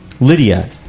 Lydia